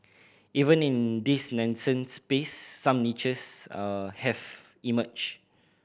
even in this nascent space some niches are have emerged